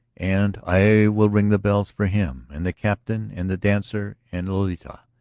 and i will ring the bells for him, and the captain and the dancer and lolita,